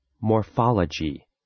Morphology